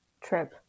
trip